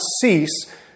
cease